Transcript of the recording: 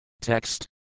Text